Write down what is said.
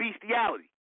bestiality